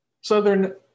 Southern